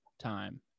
Time